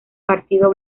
partido